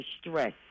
stress